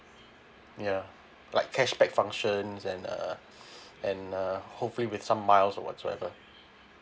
ya like cashback functions and uh and uh hopefully with some miles or whatsoever